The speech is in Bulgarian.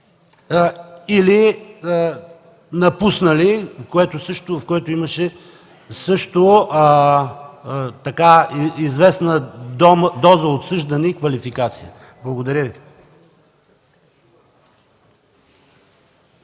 или напуснали, в което имаше също известна доза осъждане и квалификация. Благодаря.